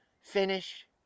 finish